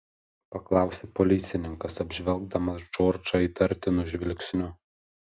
paklausė policininkas apžvelgdamas džordžą įtartinu žvilgsniu